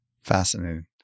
Fascinating